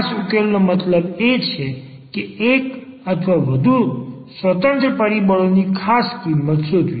ખાસ ઉકેલનો મતલબ એ છે કે એક અથવા વધુ સ્વતંત્ર પરિબળોની ખાસ કિંમત શોધવી